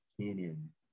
canyon